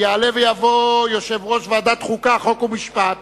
יעלה ויבוא יושב ראש ועדת החוקה, חוק ומשפט